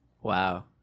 Wow